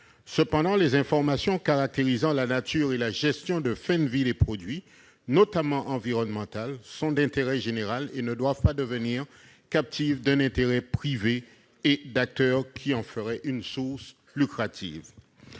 Toutefois, les informations caractérisant la nature et la gestion de fin de vie des produits, notamment en matière environnementale, sont d'intérêt général : elles ne doivent pas devenir captives d'un intérêt privé ni d'acteurs qui en feraient une source lucrative.